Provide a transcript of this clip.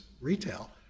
retail